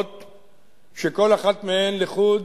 שכל אחת מהן לחוד